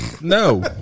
No